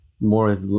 more